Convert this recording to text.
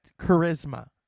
charisma